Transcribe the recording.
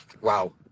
Wow